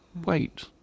Wait